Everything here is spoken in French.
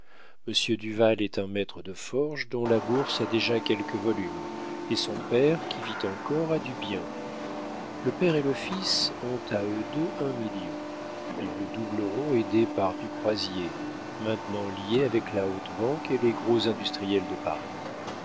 monsieur duval est un maître de forges dont la bourse a déjà quelque volume et son père qui vit encore a du bien le père et le fils ont à eux deux un million ils le doubleront aidés par du croisier maintenant lié avec la haute banque et les gros industriels de paris